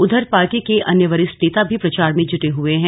उधर पार्टी के अन्य वरिष्ठ नेता भी प्रचार में जूटे हुए हैं